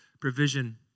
provision